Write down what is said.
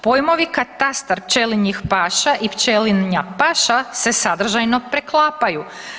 Pojmovi katastar pčelinjih paša i pčelinja paša se sadržajno preklapaju.